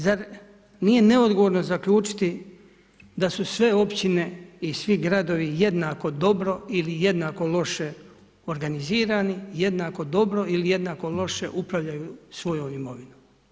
Zar nije neodgovorno zaključiti da su sve općine i svi gradovi jednako dobro ili jednako loše organizirani, jednako dobro ili jednako loše upravljaju svojom imovinom.